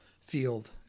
field